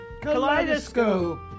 Kaleidoscope